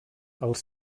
els